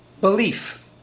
belief